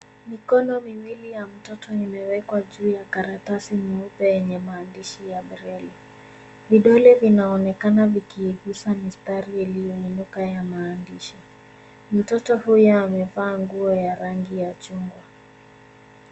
Mikono miwili ya mtoto imewekwa juu ya karatasi nyeupe yenye maandishi ya Braille . Vidole vinaonekana vikiguza mistari iliyo inuka ya maandishi. Mtoto huyo amevaa nguo ya rangi ya chungwa.